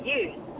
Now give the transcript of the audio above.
use